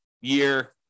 year